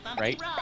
right